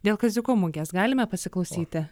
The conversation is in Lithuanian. dėl kaziuko mugės galime pasiklausyti